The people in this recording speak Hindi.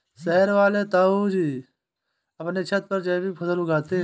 शहर वाले ताऊजी अपने छत पर जैविक फल उगाते हैं